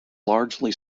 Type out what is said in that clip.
largely